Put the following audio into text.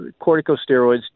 corticosteroids